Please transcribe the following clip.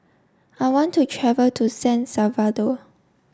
I want to travel to San Salvador